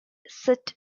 sit